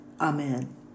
Amen